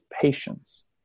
patience